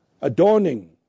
adorning